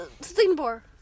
Singapore